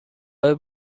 های